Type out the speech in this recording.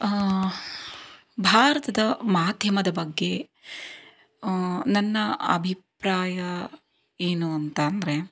ಭಾರತದ ಮಾಧ್ಯಮದ ಬಗ್ಗೆ ನನ್ನ ಅಭಿಪ್ರಾಯ ಏನು ಅಂತ ಅಂದರೆ